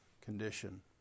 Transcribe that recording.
condition